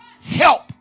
help